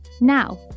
Now